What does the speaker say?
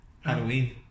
Halloween